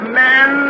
men